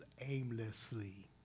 aimlessly